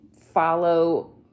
follow